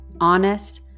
honest